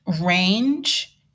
range